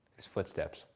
there's footsteps.